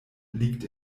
liegt